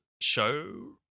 show